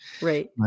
Right